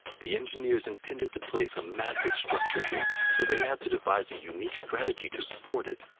the engineers intended to place a massive structure here, so they had to devise a unique strategy to support it.